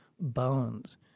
bones